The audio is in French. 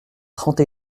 trente